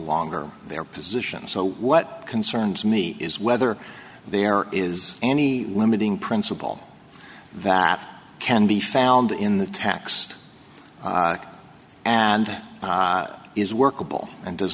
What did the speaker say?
longer their position so what concerns me is whether there is any limiting principle that can be found in the taxed and is workable and does